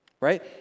Right